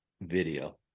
video